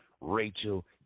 Rachel